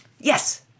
Yes